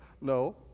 No